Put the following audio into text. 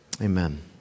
amen